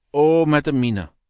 oh, madam mina,